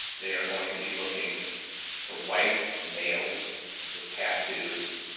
they are going to be looking for white males with tattoos,